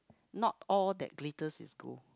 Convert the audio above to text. not all that glitters is gold